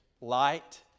light